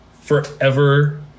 forever